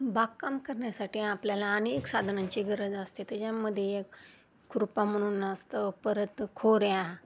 बागकाम करण्यासाठी आपल्याला अनेक साधनांची गरज असते त्याच्यामध्ये एक खुरपा म्हणून असतं परत खोऱ्या